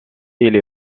est